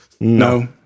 No